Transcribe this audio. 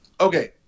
Okay